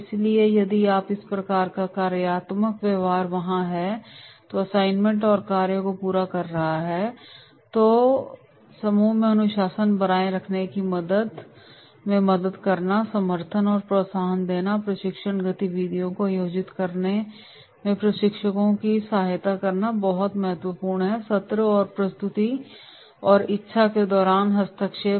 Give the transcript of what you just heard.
इसलिए यदि इस प्रकार का कार्यात्मक व्यवहार वहाँ है जो असाइनमेंट और कार्य को पूरा कर रहा है तो समूह में अनुशासन बनाए रखने में मदद करना समर्थन और प्रोत्साहन देना प्रशिक्षण गतिविधियों को आयोजित करने में प्रशिक्षकों की सहायता करना बहुत महत्वपूर्ण है सत्र और प्रस्तुति और इच्छा के दौरान हस्तक्षेप